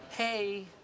Hey